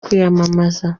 kwiyamamaza